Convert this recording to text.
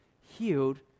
healed